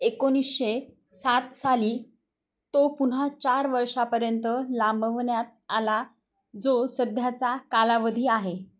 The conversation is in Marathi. एकोणीसशे सात साली तो पुन्हा चार वर्षापर्यंत लांबवण्यात आला जो सध्याचा कालावधी आहे